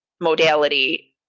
modality